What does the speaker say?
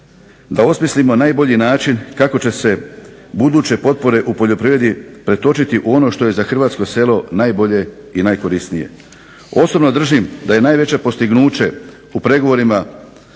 da osmislimo najbolji način kako će se buduće potpore u poljoprivredi pretočiti u ono što je za hrvatsko selo najbolje i najkorisnije. Osobno držim da je najveće postignuće u pregovorima